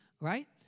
Right